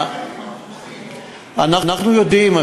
אנחנו יודעים.